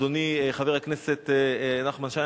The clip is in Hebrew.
אדוני חבר הכנסת נחמן שי,